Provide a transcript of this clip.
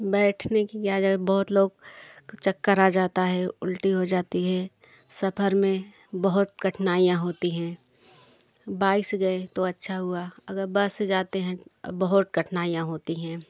बैठने की अगर बहुत लोग चक्कर आ जाता है उल्टी हो जाती है सफर में बहुत कठिनाइयाँ होती हैं बाईक से गए तो अच्छा हुआ अगर बस से जाते हैं आ बहुत कठिनाईयाँ होती हैं